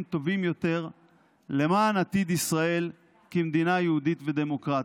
טובים יותר למען עתיד ישראל כמדינה יהודית ודמוקרטית.